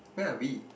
where are we